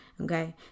Okay